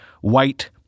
white